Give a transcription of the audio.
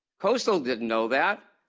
coastal didn't know that.